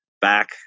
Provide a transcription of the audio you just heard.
back